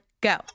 go